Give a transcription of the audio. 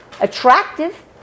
attractive